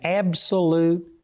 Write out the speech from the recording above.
absolute